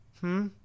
Hmm